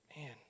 man